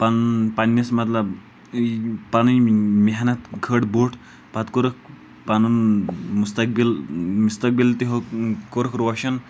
پنُن پنٛنِس مطلب پَنٕنۍ محنت کھٲل بوٚٹھ پَتہٕ کوٚرُکھ پَنُن مُستقبِل مُستقبِل تہِ ہیوٚکھ کوٚرُکھ روشَن